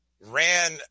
ran